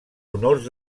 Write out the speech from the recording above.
honors